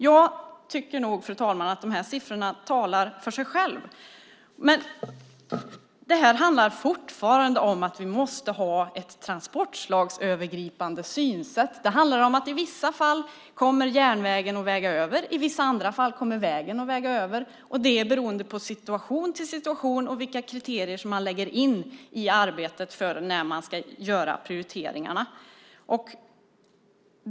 Jag tycker nog, fru talman, att dessa siffror talar för sig själva. Men det här handlar fortfarande om att vi måste ha ett transportslagsövergripande synsätt! Det handlar om att i vissa fall kommer järnvägen att väga över; i vissa andra fall kommer vägen att väga över. Det är beroende på situation och på vilka kriterier man lägger in i arbetet när man ska göra prioriteringarna.